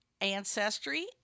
ancestry